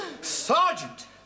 Sergeant